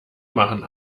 machen